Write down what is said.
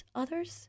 others